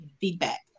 feedback